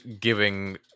giving